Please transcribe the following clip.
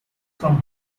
from